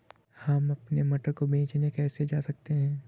हम अपने मटर को बेचने कैसे जा सकते हैं?